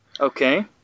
okay